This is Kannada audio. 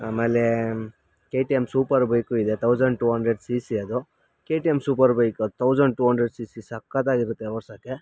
ಆಮೇಲೆ K T M super bike ಇದೆ thousand two hundred C C ಅದು K T M super bike ಅದ್ thousand two hundred C C ಸಖತ್ತಾಗಿರುತ್ತೆ ಓಡ್ಸೋಕ್ಕೆ